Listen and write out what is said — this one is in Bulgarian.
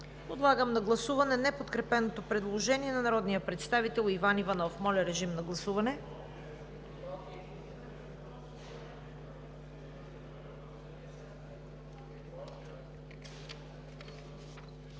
Подлагам на гласуване неподкрепеното предложение на народния представител Иван Иванов. Гласували